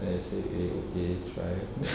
then I say eh okay try